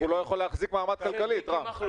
רק הוא לא יכול להחזיק מעמד כלכלית, רם.